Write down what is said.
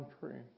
country